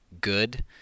good